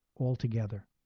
altogether